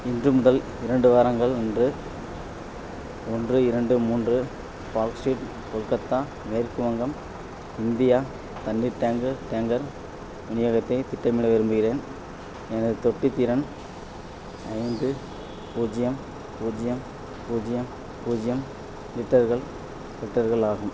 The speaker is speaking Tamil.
இன்று முதல் இரண்டு வாரங்கள் அன்று ஒன்று இரண்டு மூன்று பார்க் ஸ்ட்ரீட் கொல்கத்தா மேற்கு வங்கம் இந்தியா தண்ணீர் டேங்கர் டேங்கர் விநியோகத்தை திட்டமிட விரும்புகிறேன் எனது தொட்டி திறன் ஐந்து பூஜ்யம் பூஜ்யம் பூஜ்யம் பூஜ்யம் லிட்டர்கள் லிட்டர்கள் ஆகும்